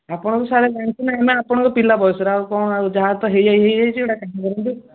ଆପଣ ତ ସାରେ ଜାଣିଚନ୍ତି ଆମେ ଆପଣଙ୍କ ପିଲା ବୟସର ଆଉ କ'ଣ ଆଉ ଯାହା ତ ହୋଇଯାଇଛି ହୋଇଯାଇଛି ଗୋଟେ କାମ କରନ୍ତୁ